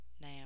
now